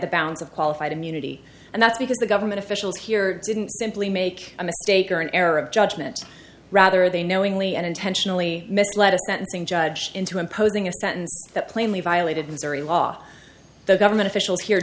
the bounds of qualified immunity and that's because the government officials here didn't simply make a mistake or an error of judgment rather they knowingly and intentionally misled a sentencing judge into imposing a sentence that plainly violated missouri law the government officials here